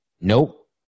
Nope